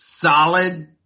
solid